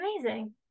amazing